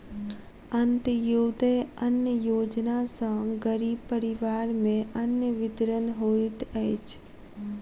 अन्त्योदय अन्न योजना सॅ गरीब परिवार में अन्न वितरण होइत अछि